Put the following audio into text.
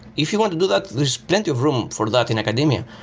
if you want to do that, there's plenty of room for that in academia,